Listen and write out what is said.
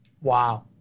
Wow